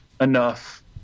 enough